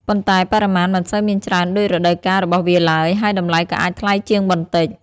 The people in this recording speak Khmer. ប៉ុន្តែបរិមាណមិនសូវមានច្រើនដូចរដូវកាលរបស់វាឡើយ ហើយតម្លៃក៏អាចថ្លៃជាងបន្តិច។